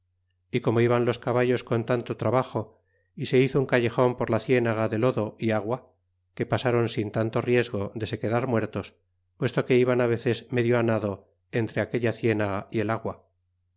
y como iban los caballos con tanto trabajo y se hizo un callej'on por la cienaga de lodo y agua que pasaron sin tanto riesgo de se quedar muertos puesto que iban veces medio nado en tre aquella cienaga y el agua